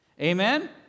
Amen